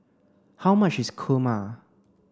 how much is Kurma